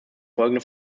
folgende